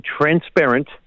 transparent